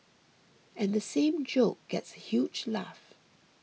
and the same joke gets a huge laugh